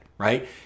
right